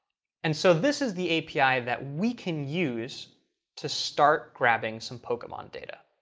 and so this is the api that we can use to start grabbing some pokemon data.